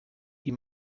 ihm